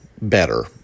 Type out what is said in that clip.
better